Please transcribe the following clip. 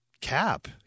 cap